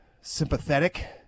sympathetic